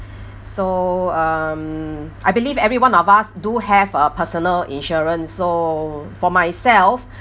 so um I believe everyone of us do have a personal insurance so for myself